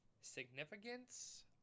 significance